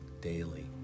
daily